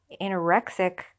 anorexic